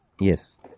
Yes